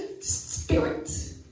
Spirit